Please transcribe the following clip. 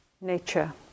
nature